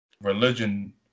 religion